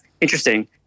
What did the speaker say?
interesting